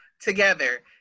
together